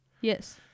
Yes